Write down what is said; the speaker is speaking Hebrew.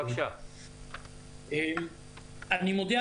אני מודה,